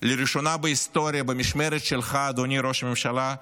לראשונה בהיסטוריה, במשמרת שלך, אדוני ראש הממשלה,